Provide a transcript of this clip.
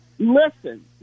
Listen